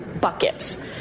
buckets